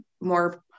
more